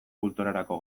kulturarako